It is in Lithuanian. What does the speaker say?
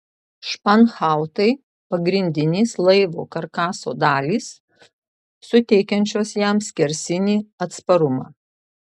španhautai pagrindinės laivo karkaso dalys suteikiančios jam skersinį atsparumą